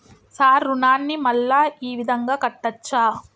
Sir రుణాన్ని మళ్ళా ఈ విధంగా కట్టచ్చా?